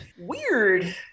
weird